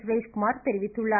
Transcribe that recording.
சுரேஷ்குமார் தெரிவித்துள்ளார்